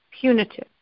punitive